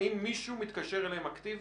האם מישהו מתקשר אליהם אקטיבית?